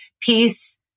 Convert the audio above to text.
Peace